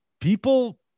People